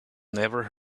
never